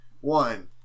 One